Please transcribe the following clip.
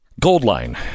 Goldline